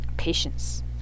patience